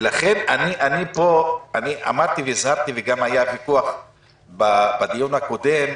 לכן פה אמרתי והזהרתי, וגם היה ויכוח בדיון הקודם.